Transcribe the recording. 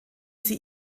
sie